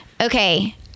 okay